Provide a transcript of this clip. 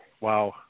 wow